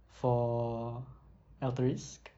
for alterisk